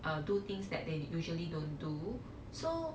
uh do things that they usually don't do so